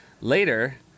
later